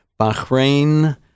Bahrain